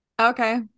Okay